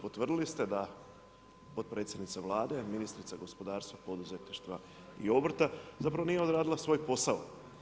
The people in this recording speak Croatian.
Potvrdili ste da potpredsjednica Vlade, ministrica gospodarstva, poduzetništva i obrta zapravo nije odradila svoj posao.